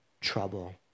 trouble